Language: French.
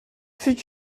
fut